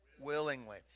willingly